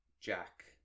Jack